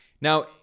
Now